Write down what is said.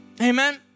Amen